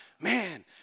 man